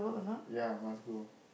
ya must go